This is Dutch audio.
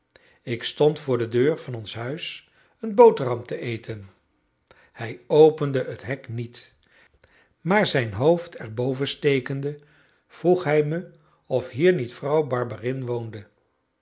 ik stond voor de deur van ons huis een boterham te eten hij opende het hek niet maar zijn hoofd er boven stekende vroeg hij me of hier niet vrouw barberin